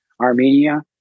Armenia